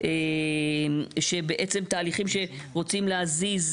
ובעצם אין כאן איזושהי,